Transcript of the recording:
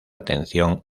atención